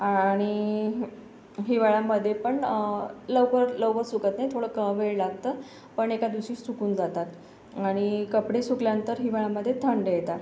आ णि हिवाळ्यामध्ये पण लवकर लवकर सुकत नाही थोडा कमी वेळ लागतो पण एका दिवशीच सुकून जातात आणि कपडे सुकल्यानंतर हिवाळ्यामध्ये थंड येतात